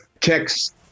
checks